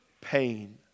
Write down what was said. pain